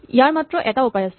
ইয়াৰ মাত্ৰ এটা উপায় আছে